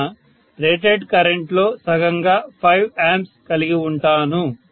కావున rated current లో సగంగా 5A కలిగి ఉంటాను